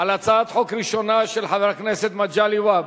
על הצעת החוק הראשונה, של חבר הכנסת מגלי והבה,